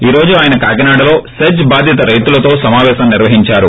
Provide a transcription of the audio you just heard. ఈ రోజు ఆయన కాకినాడలో సెజ్ బాధిత రైతులతో సమావేశం నిర్వహించారు